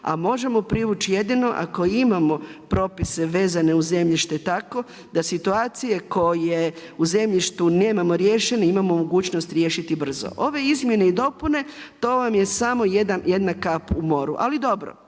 A možemo privući jedino ako imamo propise vezane uz zemljište tako da situacije koje u zemljištu nemamo riješene, imamo mogućnost riješiti brzo. Ove izmjene i dopune, to vam je samo jedna kap u moru. Ali dobro,